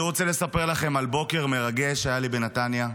אני רוצה לספר לכם על בוקר מרגש שהיה לי בנתניה.